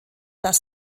das